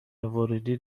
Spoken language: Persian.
ورودی